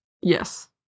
Yes